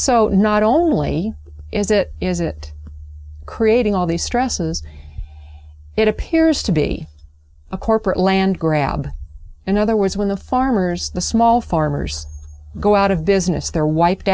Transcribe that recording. so not only is it is it creating all these stresses it appears to be a corporate land grab in other words when the farmers the small farmers go out of business they're wiped